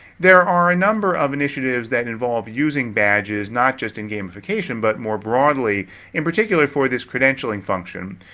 there are a number of initiatives that involve using badges not just in gamification but more broadly in particular for this credentialing function.